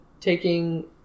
taking